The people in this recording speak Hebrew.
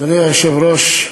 אדוני היושב-ראש,